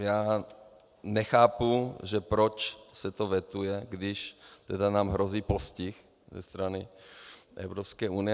Já nechápu, proč se to vetuje, když nám hrozí postih ze strany Evropské unie.